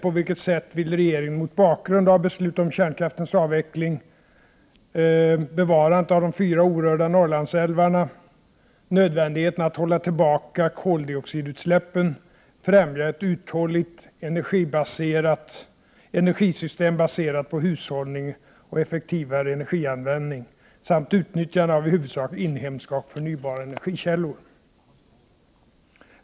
På vilket sätt vill regeringen — mot bakgrund av beslutet om kärnkraftens avveckling, bevarande av de fyra orörda Norrlandsälvarna, nödvändigheten av att hålla tillbaka koldioxidutsläppen — främja ett uthålligt energisystem baserat på hushållning och effektivare energianvändning samt utnyttjande av i huvudsak inhemska och förnybara energikällor?